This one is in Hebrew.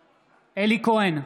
כהן,